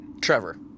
Trevor